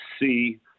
see